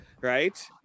right